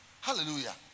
Hallelujah